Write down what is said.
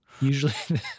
usually